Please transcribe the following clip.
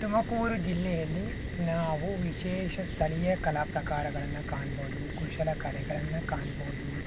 ತುಮಕೂರು ಜಿಲ್ಲೆಯಲ್ಲಿ ನಾವು ವಿಶೇಷ ಸ್ಥಳೀಯ ಕಲಾ ಪ್ರಕಾರಗಳನ್ನು ಕಾಣ್ಬೋದು ಕುಶಲ ಕಲೆಗಳನ್ನು ಕಾಣ್ಬೋದು